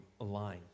align